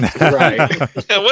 Right